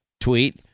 tweet